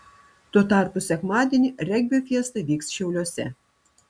tuo tarpu sekmadienį regbio fiesta vyks šiauliuose